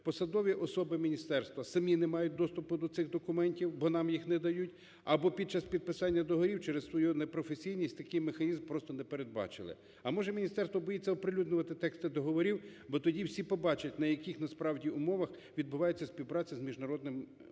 посадові особи міністерства самі не мають доступу до цих документів, бо нам їх не дають, або під час підписання договорів через свою непрофесійність такий механізм просто не передбачили. А, може, міністерство боїться оприлюднювати тексти договорів, бо тоді всі побачать, на яких насправді умовах відбувається співпраця з міжнародними